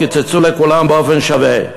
קיצצו לכולם באופן שווה,